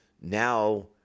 now